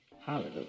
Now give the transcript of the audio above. Hallelujah